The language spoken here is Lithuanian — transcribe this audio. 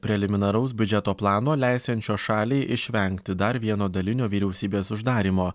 preliminaraus biudžeto plano leisiančio šaliai išvengti dar vieno dalinio vyriausybės uždarymo